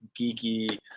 geeky